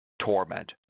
torment